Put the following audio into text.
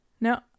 No